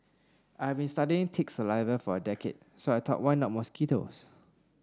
I've been studying tick saliva for a decade so I thought why not mosquitoes